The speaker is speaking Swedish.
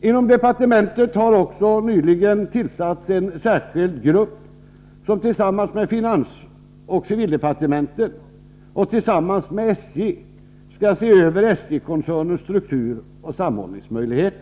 Inom departementet har också nyligen tillsatts en särskild grupp, som tillsammans med finansoch civildepartementen och SJ skall se över SJ-koncernens struktur och samordningsmöjligheter.